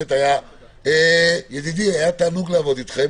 היה תענוג לעבוד אתכם